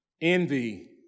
Envy